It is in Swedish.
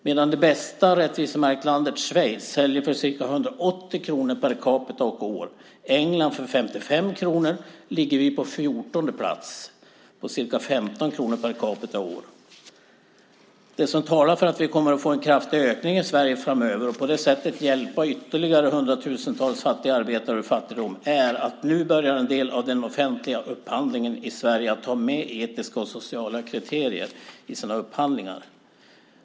Medan det bästa rättvisemärktlandet Schweiz säljer för ca 180 kronor per capita och år och England för 55 kronor ligger vi på 14:e plats på ca 15 kronor per capita och år. Det som talar för att vi kommer att få en kraftig ökning i Sverige framöver, och på det sättet hjälpa ytterligare hundratusentals fattiga arbetare ur fattigdom, är att nu börjar en del av den offentliga upphandlingen i Sverige att ta med etiska och sociala kriterier i sina upphandlingar.